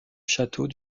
château